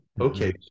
Okay